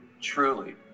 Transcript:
truly